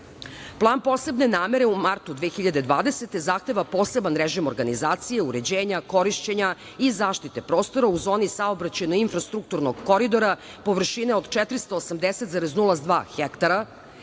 posebne namere u martu 2020. godine zahteva poseban režim organizacije, uređenja, korišćenja i zaštite prostora u zoni saobraćajno infrastrukturnog Koridora površine od 480,02 hektara